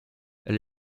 elle